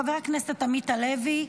חבר הכנסת עמית הלוי,